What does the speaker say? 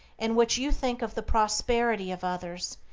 in which you think of the prosperity of others,